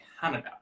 Canada